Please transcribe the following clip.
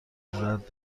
زرد